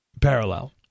parallel